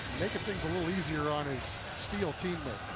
making things a little easier on his steele teammates.